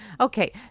Okay